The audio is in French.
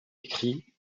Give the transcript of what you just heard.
écrit